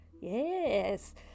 yes